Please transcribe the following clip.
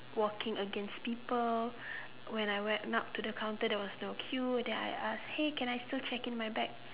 walking against people when I went up to the counter there was no queue then I ask hey can I still check in my bag